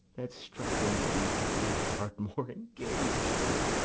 that, struggling to be free, art more engag'd!